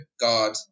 god